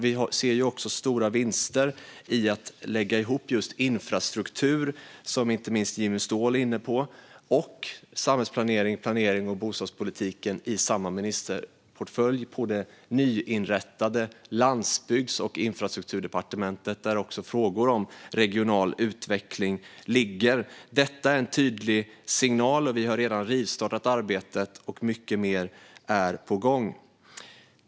Vi ser stora vinster i att lägga ihop infrastrukturen - som inte minst Jimmy Ståhl var inne på - samhällsplaneringen och planeringen av bostadspolitiken i samma ministerportfölj på det nyinrättade Landsbygds och infrastrukturdepartementet där också frågor om regional utveckling ligger. Detta är en tydlig signal. Regeringen har redan rivstartat arbetet och mycket mer är på gång.